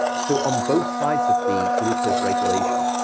so on both sides of the glucose regulation,